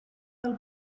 del